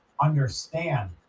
understand